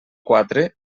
quatre